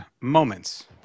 moments